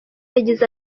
yagize